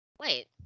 wait